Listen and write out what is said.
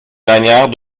manière